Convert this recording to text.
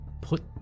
put